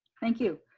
thank you.